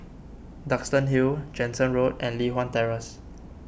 Duxton Hill Jansen Road and Li Hwan Terrace